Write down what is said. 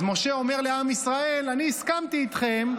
אז משה אומר לעם ישראל: אני הסכמתי איתכם,